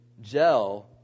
gel